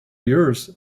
years